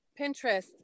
Pinterest